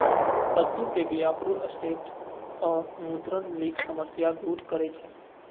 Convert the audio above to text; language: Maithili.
कद्दू के बीया प्रोस्टेट आ मूत्रनलीक समस्या दूर करै छै